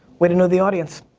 way to know the audience.